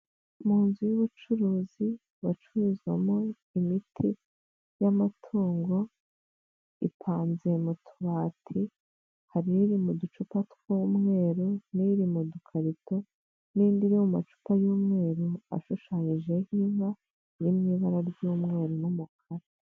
|Mu nzu y'ubucuruzi bacururizamo imiti y'amatungo ipanze mu tubati hari iri mu ducupa tw'umweru n'iri mu dukarito n'indi iri mu macupa y'umweru ashushanyije nk'inka iri mu ibara ry'umweru n'umukara.